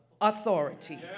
authority